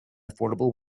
affordable